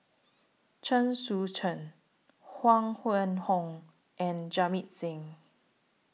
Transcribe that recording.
Chen Sucheng Huang Wenhong and Jamit Singh